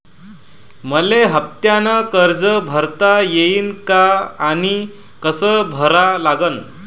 मले हफ्त्यानं कर्ज भरता येईन का आनी कस भरा लागन?